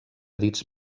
dits